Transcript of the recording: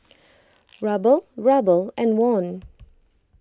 Ruble Ruble and Won